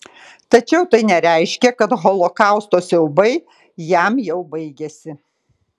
tačiau tai nereiškė kad holokausto siaubai jam jau baigėsi